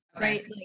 right